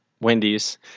Wendy's